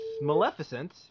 Maleficent